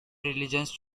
religions